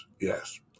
yes